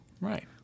Right